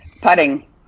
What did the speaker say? Putting